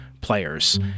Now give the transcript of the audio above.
players